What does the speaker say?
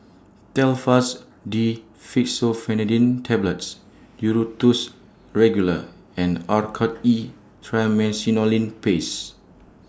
Telfast D Fexofenadine Tablets Duro Tuss Regular and Oracort E Triamcinolone Paste